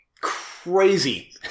crazy